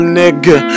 nigga